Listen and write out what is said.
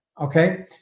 okay